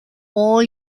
all